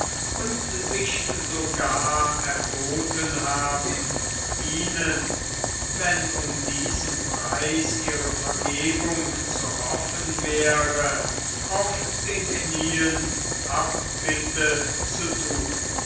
und sich sogar erboten haben ihnen wenn um diesen preis ihre vergebung zu hoffen wäre auf den knieen abbitte zu thun